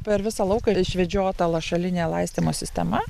per visą lauką išvedžiota lašalinė laistymo sistema